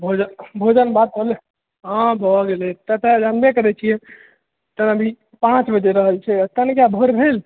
भोजन भात होलय हँ भऽ गेलय एतय तऽ जनबे करैत छियै पाँच बजि रहल छै तनिका भोर भेल